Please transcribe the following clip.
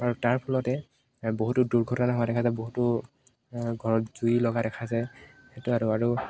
আৰু তাৰ ফলতে বহুতো দুৰ্ঘটনা হোৱা দেখা যায় বহুতো ঘৰত জুই লগা দেখা যায় সেইটো আৰু আৰু